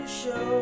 show